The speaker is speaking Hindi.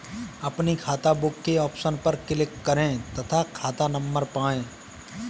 अपनी खाताबुक के ऑप्शन पर क्लिक करें तथा खाता नंबर पाएं